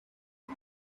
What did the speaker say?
and